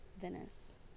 Venice